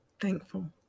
thankful